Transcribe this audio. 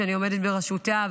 שאני עומדת בראשה,